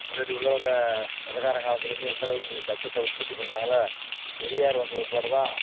முன்னாடி உள்ளவங்கள் வெள்ளைக்காரன் காலத்திலேருந்து எந்தளவுக்கு கஷ்டத்த உற்பத்தி பண்ணிணாங்களே பெரியார் வந்த பிற்பாடு தான்